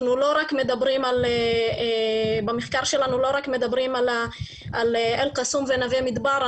אנחנו לא רק מדברים במחקר על אל-קסום ונווה מדבר,